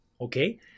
okay